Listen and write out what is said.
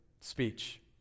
speech